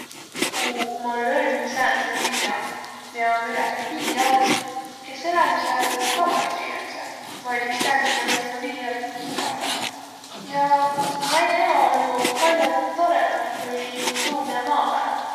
Kuq ma löüdnü säändse liina, miä om üleni vii all, es elänüq sääl tavalisõq inemiseq, vaid iks säändseq, kiä mõistvaq vii all hingadaq. Ja naidõ elo olnuq pall'o torõdamb kui tuu, miä maa peal.